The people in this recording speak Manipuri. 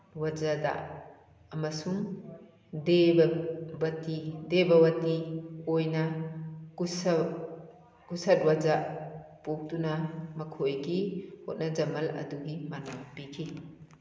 ꯋꯖꯗ ꯑꯃꯁꯨꯡ ꯗꯦꯕꯕꯇꯤ ꯑꯣꯏꯅ ꯀꯨꯁꯠꯋꯖ ꯄꯣꯛꯇꯨꯅ ꯃꯈꯣꯏꯒꯤ ꯍꯣꯠꯅꯖꯃꯜ ꯑꯗꯨꯒꯤ ꯃꯅꯥ ꯄꯤꯈꯤ